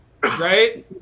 right